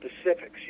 specifics